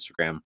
Instagram